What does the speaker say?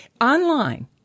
online